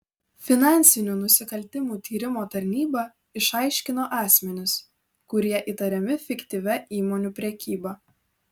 finansinių nusikaltimų tyrimo tarnyba išaiškino asmenis kurie įtariami fiktyvia įmonių prekyba